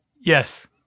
yes